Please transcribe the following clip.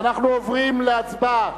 אנחנו עוברים להצבעה.